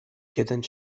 jeden